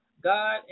God